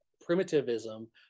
primitivism